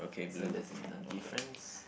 so that's another difference